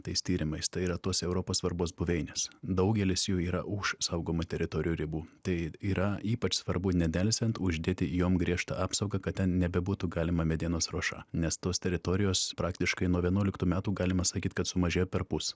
tais tyrimais tai yra tos europos svarbos buveinės daugelis jų yra už saugomų teritorijų ribų tai yra ypač svarbu nedelsiant uždėti jom griežtą apsaugą kad ten nebebūtų galima medienos ruoša nes tos teritorijos praktiškai nuo vienuoliktų metų galima sakyt kad sumažėjo perpus